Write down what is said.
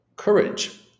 Courage